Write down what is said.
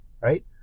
Right